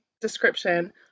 description